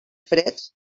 freds